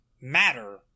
Matter